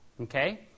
Okay